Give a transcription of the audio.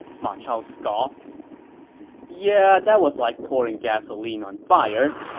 ma chao scoffed yeah, that was like pouring gasoline on fire.